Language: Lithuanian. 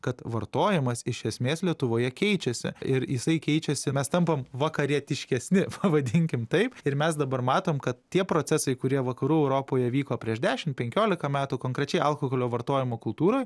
kad vartojimas iš esmės lietuvoje keičiasi ir jisai keičiasi mes tampam vakarietiškesni pavadinkim taip ir mes dabar matom kad tie procesai kurie vakarų europoje vyko prieš dešim penkiolika metų konkrečiai alkoholio vartojimo kultūroj